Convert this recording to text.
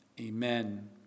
amen